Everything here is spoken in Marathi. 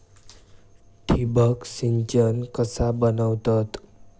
ठिबक सिंचन कसा बनवतत?